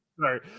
Sorry